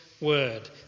word